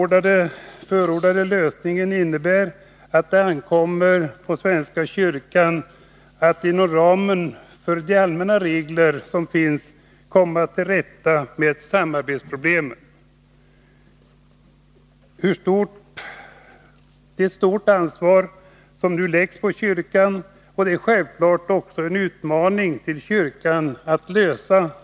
Den förordade lösningen innebär att det ankommer på svenska kyrkan att inom ramen för de allmänna reglerna komma till rätta med samarbetsproblemen. Ett stort ansvar läggs nu på kyrkan.